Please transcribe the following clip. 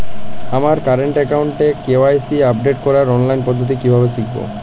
আমার কারেন্ট অ্যাকাউন্টের KYC update করার অনলাইন পদ্ধতি কীভাবে শিখব?